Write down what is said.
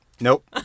nope